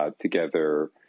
together